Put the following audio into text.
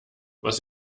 was